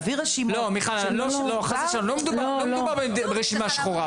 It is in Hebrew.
לא מדובר ברשימה שחורה.